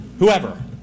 Whoever